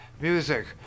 music